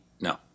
No